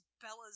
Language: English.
Bella's